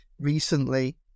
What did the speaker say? recently